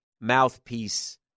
mouthpiece